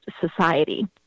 society